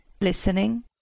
Listening